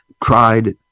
cried